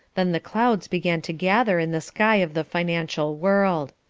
then the clouds began to gather in the sky of the financial world.